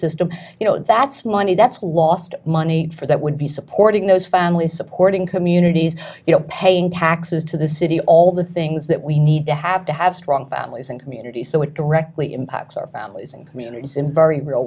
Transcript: system you know that's one thing that's lost money for that would be supporting those families supporting communities you know paying taxes to the city all the things that we need to have to have strong families and communities so it directly impacts our families and communities in very real